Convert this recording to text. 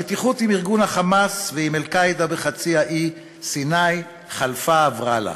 המתיחות עם ארגון ה"חמאס" ועם "אל-קאעידה" בחצי-האי סיני חלפה עברה לה.